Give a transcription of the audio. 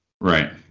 right